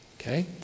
okay